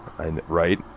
Right